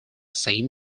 same